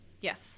Yes